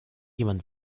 jemand